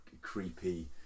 creepy